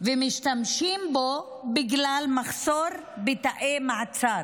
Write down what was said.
ומשתמשים בו בגלל מחסור בתאי מעצר,